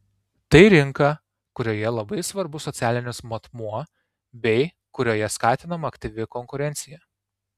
tai rinka kurioje labai svarbus socialinis matmuo bei kurioje skatinama aktyvi konkurencija